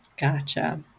Gotcha